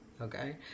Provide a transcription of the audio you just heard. Okay